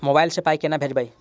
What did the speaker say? Mobile सँ पाई केना भेजब?